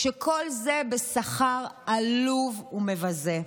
כשכל זה בשכר עלוב ומבזה.